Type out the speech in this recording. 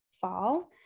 fall